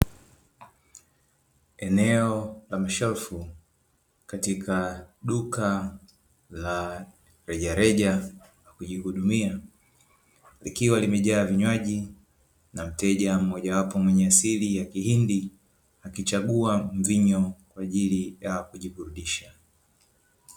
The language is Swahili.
Eneo la mashelfu katika duka la rejareja la kujihudumia, likiwa limejaa vinywaji na mteja mmojawapo mwenye asili ya kihindi akichagua mvinyo kwa ajili ya kujiburudisha.